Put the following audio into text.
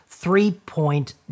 three-point